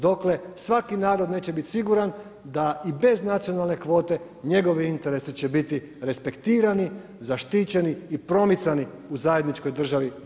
Dotle svaki narod neće biti siguran da i bez nacionalne kvote njegovi interesi će biti respektirani, zaštićeni i promicani u zajedničkoj državi BIH.